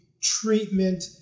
treatment